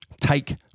take